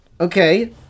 okay